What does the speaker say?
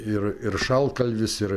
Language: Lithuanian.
ir ir šaltkalvis ir